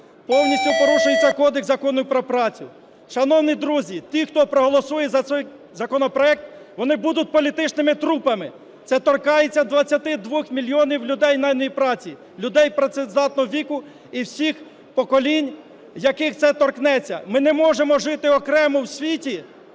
повністю порушується Кодекс законів про працю. Шановні друзі, ті, хто проголосує за цей законопроект, вони будуть політичними трупами. Це торкається 22 мільйонів людей найманої праці, людей працездатного віку і всіх поколінь, яких це торкнеться. Ми не можемо жити окремо в світі,